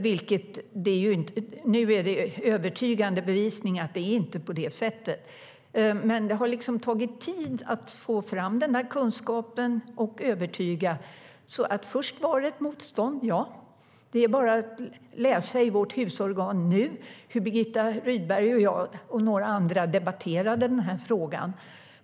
Nu finns det övertygande bevisning för att det inte är på det sättet. Men det har tagit tid att få fram den kunskapen och övertyga. Först fanns det ett motstånd, ja. Det är bara att läsa i vårt husorgan Nu om hur Birgitta Rydberg och jag och några andra debatterade den här frågan.